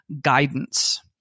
guidance